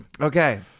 Okay